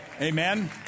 Amen